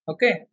Okay